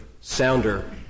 sounder